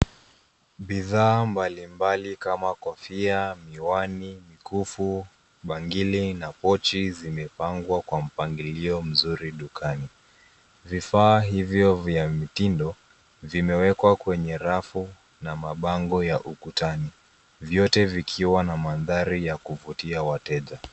Bidhaa mbalimbali kama kofia, miwani, mikufu, bangili na pochi zimepangwa kwa mpangilio mzuri dukani. Vifaa hivyo vya mitindo vimewekwa kwenye rafu na mabango ukutani, vyote vikiwa na mandhari ya kuvutia wateja.